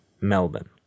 Melbourne